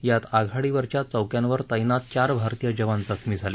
यात आघाडीवरच्या चौक्यांवर तैनात चार भारतीय जवान जखमी झाले